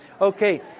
Okay